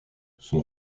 son